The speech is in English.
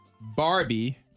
Barbie